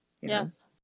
Yes